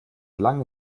lange